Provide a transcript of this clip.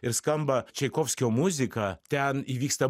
ir skamba čaikovskio muzika ten įvyksta